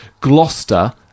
Gloucester